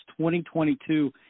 2022